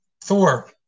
Thor